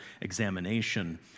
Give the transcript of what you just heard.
examination